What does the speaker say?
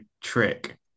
trick